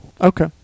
Okay